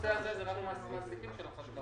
בנושא הזה, זה רק מס מעסיקים של החקלאות.